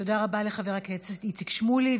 תודה רבה לחבר הכנסת איציק שמולי.